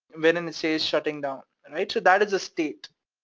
wherein and it says shutting down, and right? so that is a state.